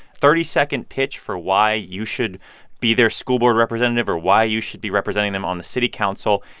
thirty second pitch for why you should be their school board representative or why you should be representing them on the city council?